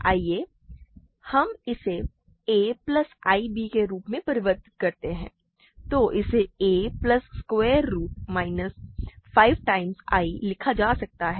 आइए हम इसे a प्लस ib के रूप में परिवर्तित करते हैं तो इसे a plus square root minus 5 times i लिखा जा सकता है